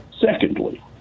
Secondly